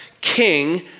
king